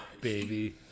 baby